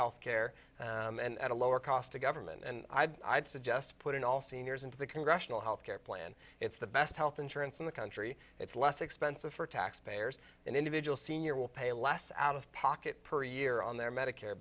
health care and at a lower cost to government and i'd suggest putting all seniors into the congressional health care plan it's the best health insurance in the country it's less expensive for taxpayers an individual senior will pay less out of pocket per year on their medicare